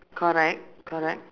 correct correct